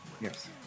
Yes